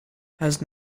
has